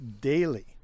daily